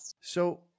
So-